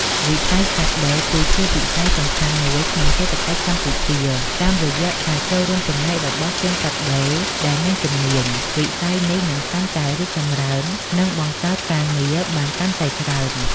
វិស័យកាត់ដេរគឺជាវិស័យសំខាន់មួយក្នុងសេដ្ឋកិច្ចកម្ពុជា តាមរយៈការចូលរួមចំណែករបស់ជាងកាត់ដេរដែលមានជំនាញ វិស័យនេះនឹងកាន់តែរីកចម្រើន និងបង្កើតការងារបានកាន់តែច្រើន។